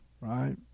right